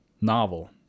Novel